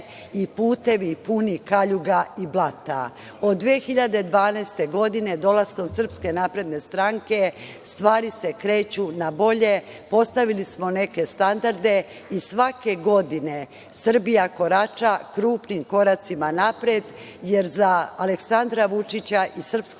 i putevi puni kaljuga i blata. Od 2012. godine, dolaskom SNS stvari se kreću na bolje, postavili smo neke standarde i svake godine Srbija korača krupnim koracima napred, jer za Aleksandra Vučića i SNS